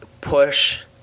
push